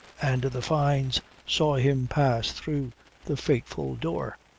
and the fynes saw him pass through the fateful door.